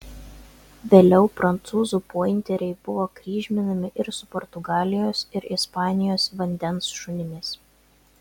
vėliau prancūzų pointeriai buvo kryžminami ir su portugalijos ir ispanijos vandens šunimis